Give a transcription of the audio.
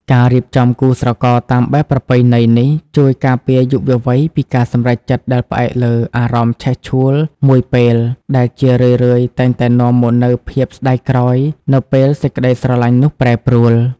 ការរៀបចំគូស្រករតាមបែបប្រពៃណីនេះ ជួយការពារយុវវ័យពីការសម្រេចចិត្តដែលផ្អែកលើ "អារម្មណ៍ឆេះឆួលមួយពេល" ដែលជារឿយៗតែងតែនាំមកនូវភាពស្ដាយក្រោយនៅពេលសេចក្ដីស្រឡាញ់នោះប្រែប្រួល។